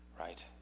right